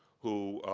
who,